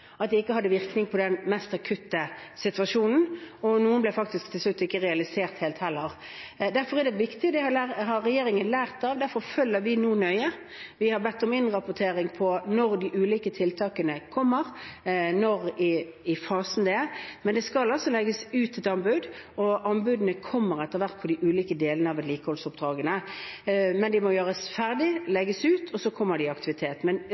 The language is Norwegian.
at de ikke hadde virkning på den mest akutte situasjonen. Noen ble faktisk til slutt heller ikke realisert. Derfor er dette viktig, og det har regjeringen lært av. Derfor følger vi nå nøye med. Vi har bedt om innrapportering om når de ulike tiltakene kommer, og hvor i fasen de er, men det skal altså legges ut et anbud. Anbudene kommer etter hvert på de ulike delene av vedlikeholdsoppdragene. Men de må gjøres ferdig og legges ut, og så kommer de i aktivitet.